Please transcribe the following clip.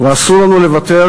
ואסור לנו לוותר,